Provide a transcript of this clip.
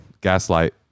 Gaslight